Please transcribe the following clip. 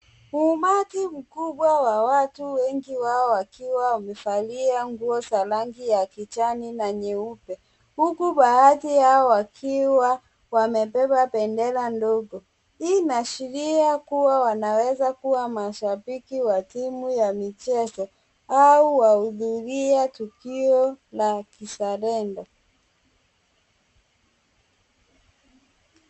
Umati mkubwa wa watu, wengi wao wakiwa wamevalia nguo za rangi ya kijani na nyeupe, huku baadhi yao wakiwa wamebeba bendera ndogo. Hii inaashiria kuwa wanaweza kuwa mashabiki wa timu ya michezo au wahudhuria tukio la kizalendo.